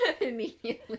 immediately